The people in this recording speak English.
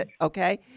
okay